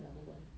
berbual